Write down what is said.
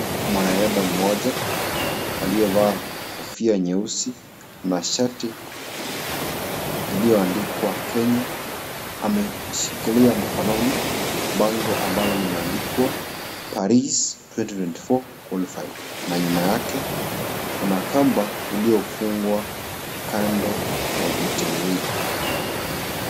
Mwanadada mmoja, aliyevaa kofia nyeusi na sharti ,iliyoandikwa Kenya. Ameshikilia mkononi, bango ambalo limeandikwa Paris 2024 qualified na nyuma yake kuna kamba iliyofungwa kando ya miti miwili.